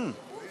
אני קובע